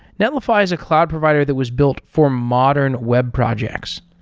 netlify is a cloud provider that was built for modern web projects.